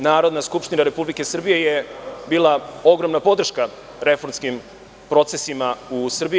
Narodna skupština Republike Srbije je bila ogromna podrška reformskim procesima u Srbiji.